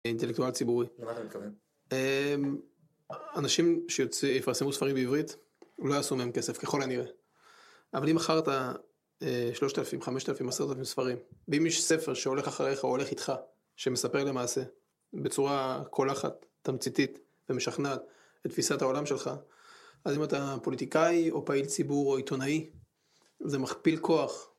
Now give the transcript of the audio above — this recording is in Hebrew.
‫אינטלקטואל ציבורי. ‫-למה אתה מתכוון? ‫אנשים שיפרסמו ספרים בעברית, ‫הם לא יעשו מהם כסף, ככל הנראה. ‫אבל אם מכרת 3,000, 5,000, 10,000 ספרים, ‫ואם יש ספר שהולך אחריך ‫או הולך איתך, ‫שמספר למעשה בצורה קולחת, ‫תמציתית ומשכנעת ‫את תפיסת העולם שלך, ‫אז אם אתה פוליטיקאי או פעיל ציבור ‫או עיתונאי, זה מכפיל כוח.